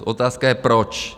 Otázka je proč?